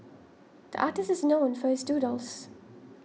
the artist is known for his doodles